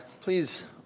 Please